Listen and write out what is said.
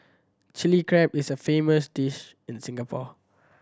Chilli Crab is a famous dish in Singapore